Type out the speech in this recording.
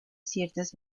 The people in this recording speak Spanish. ciertas